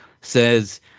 Says